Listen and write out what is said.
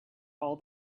all